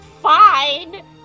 fine